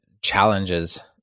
challenges